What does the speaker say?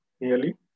nearly